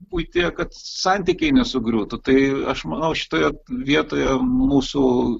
buityje kad santykiai nesugriūtų tai aš manau šitoje vietoje mūsų